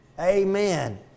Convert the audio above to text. Amen